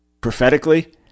prophetically